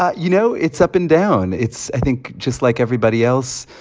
ah you know, it's up and down. it's i think just like everybody else,